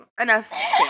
enough